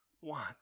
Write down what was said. want